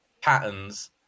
patterns